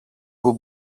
που